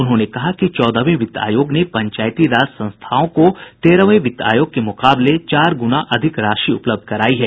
उन्होंने कहा कि चौदहवें वित्त आयोग ने पंचायती राज संस्थाओं को तेरहवें वित्त आयोग के मुकाबले चार गुना अधिक राशि उपलब्ध कराई है